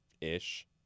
Ish